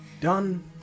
done